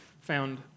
found